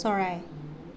চৰাই